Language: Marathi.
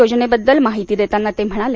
योजनेबद्दल माहिती देताना ते म्हणाले